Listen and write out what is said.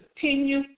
continue